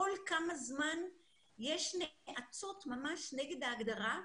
כל זמן מה יש ממש נאצות נגד ההגדרה,